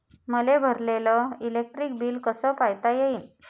मले भरलेल electric bill कस पायता येईन?